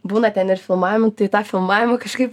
būna ten ir filmavimų tai tą filmavimą kažkaip